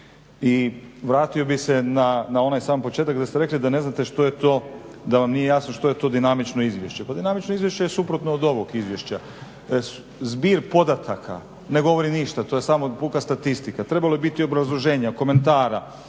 I vratio bih se na onaj sam početak gdje ste rekli da ne znate što je to, da vam nije jasno što je to dinamično izvješće. Pa dinamično izvješće je suprotno od ovog izvješća, zbir podataka ne govori ništa, to je samo puka statistika. Trebalo je biti obrazloženja, komentara,